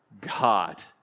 God